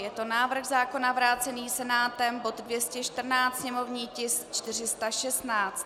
Je to návrh zákona, vrácený Senátem, bod 214, sněmovní tisk 416.